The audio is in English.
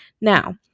Now